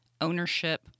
ownership